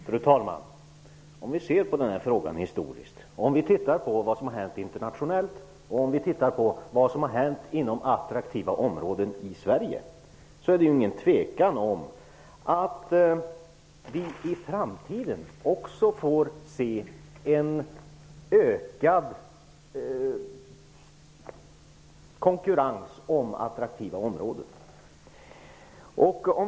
Fru talman! Om vi ser på den här frågan historiskt och om vi tittar på vad som har hänt internationellt och vad som har hänt inom attraktiva områden i Sverige är det ingen tvekan om att vi även i framtiden får se en ökad konkurrens om attraktiva områden.